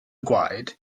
gwaed